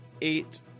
eight